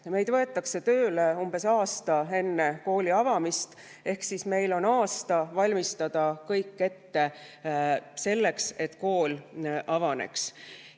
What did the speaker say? Meid võetakse tööle umbes aasta enne kooli avamist ehk siis meil on aasta aega valmistada kõik ette selleks, et kool saaks